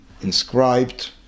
inscribed